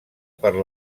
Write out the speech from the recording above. per